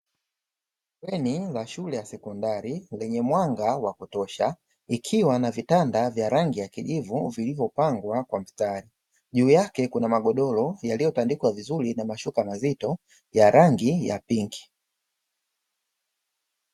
Bweni la shule ya sekondari lenye mwanga wa kutosha ikiwa na vitanda vya rangi ya kijivu vilivyopangwa kwa mstari, juu yake kuna magodoro yaliyotandikwa vizuri na mashuka mazito ya rangi ya pinki.